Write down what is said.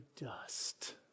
dust